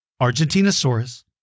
Argentinosaurus